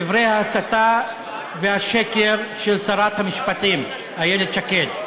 דברי ההסתה והשקר של שרת המשפטים איילת שקד.